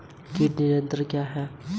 कीट नियंत्रण क्या है?